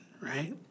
right